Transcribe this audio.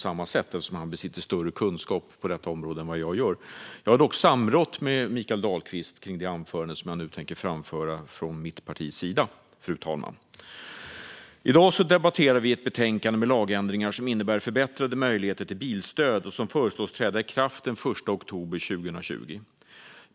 Han besitter ju större kunskap på det här området än vad jag gör. Jag har dock samrått med Mikael Dahlqvist kring det anförande som jag nu tänker hålla, fru talman. I dag debatterar vi ett betänkande med lagändringar som innebär förbättrade möjligheter till bilstöd och som föreslås träda i kraft den 1 oktober 2020.